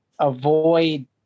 Avoid